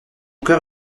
coeur